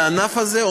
על הענף הזה,